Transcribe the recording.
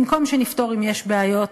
במקום שנפתור אם באמת יש בעיות